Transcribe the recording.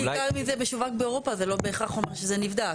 כי גם אם זה משווק באירופה זה לא בהכרח אומר שזה נבדק.